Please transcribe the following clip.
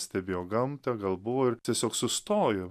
stebėjo gamtą gal buvo ir tiesiog sustojo